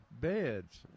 beds